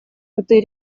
рты